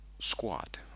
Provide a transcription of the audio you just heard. squat